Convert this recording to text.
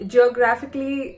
Geographically